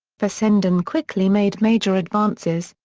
fessenden quickly made major advances,